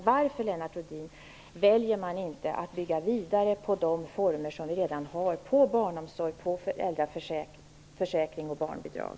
Varför, Lennart Rohdin, väljer man inte att bygga vidare på de former som vi redan har, barnomsorg, föräldraförsäkring, barnbidrag?